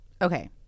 okay